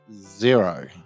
zero